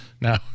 Now